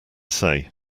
say